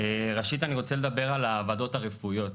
ראשית, אני רוצה לדבר על הוועדות הרפואיות.